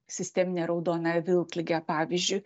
sisteminę raudonąją vilkligę pavyzdžiui